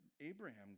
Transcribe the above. Abraham